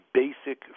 basic